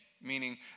meaning